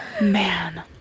Man